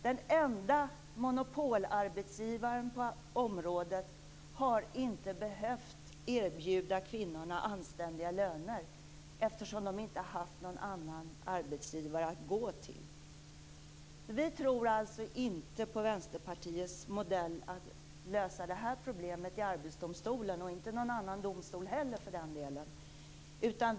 Den enda monopolarbetsgivaren på området har inte behövt erbjuda kvinnorna anständiga löner eftersom de inte har haft någon annan arbetsgivare att gå till. Vi moderater tror alltså inte på Vänsterpartiets modell med att lösa detta problem i Arbetsdomstolen - och inte i någon annan domstol heller för den delen.